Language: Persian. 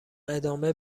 ادامه